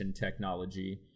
technology